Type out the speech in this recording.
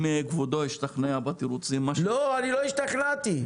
אם כבודו השתכנע מהתירוצים -- אני לא השתכנעתי.